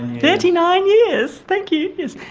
thirty nine years thank you yes,